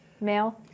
male